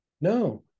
no